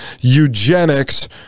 eugenics